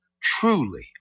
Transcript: truly